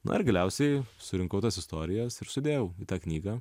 na ir galiausiai surinkau tas istorijas ir sudėjau į tą knygą